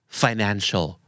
financial